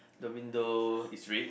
the window is red